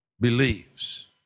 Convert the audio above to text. believes